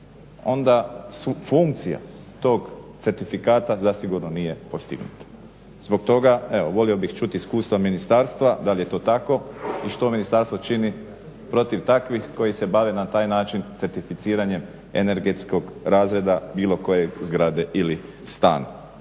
onda funkcija tog certifikata zasigurno nije postignuta. Zbog toga evo volio bih čuti iskustva ministarstva da li je to tako i što ministarstvo čini protiv takvih koji se bave na taj način certificiranjem energetskog razreda bilo koje zgrade ili stana.